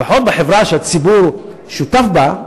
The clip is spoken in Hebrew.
לפחות בחברה שהציבור שותף בה,